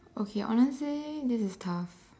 okay honestly this is tough